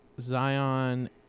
Zion